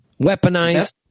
Weaponized